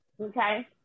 Okay